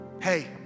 Hey